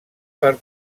per